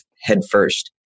headfirst